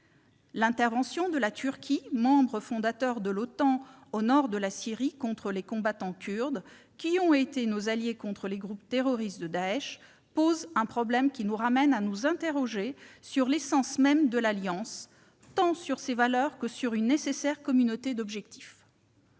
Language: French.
L'intervention de la Turquie, membre fondateur, au nord de la Syrie contre les combattants kurdes, qui ont été nos alliés contre les groupes terroristes de Daech, pose problème, nous amenant à nous interroger sur l'essence même de l'alliance, sur ses valeurs comme sur la nécessaire communauté d'objectifs.